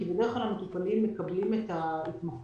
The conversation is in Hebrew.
כי בדרך כלל המטופלים מקבלים את ההתחייבות